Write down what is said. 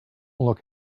look